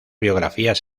biografías